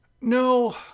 No